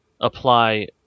apply